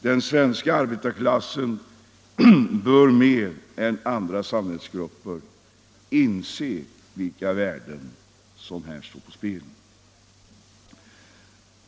Den svenska arbetarklassen bör mer än andra samhällsgrupper inse vilka värden som här står på spel.